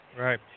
right